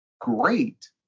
great